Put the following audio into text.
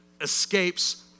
escapes